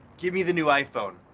give me the new iphone.